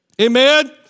Amen